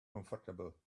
comfortable